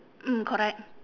mm correct